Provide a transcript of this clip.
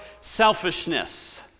selfishness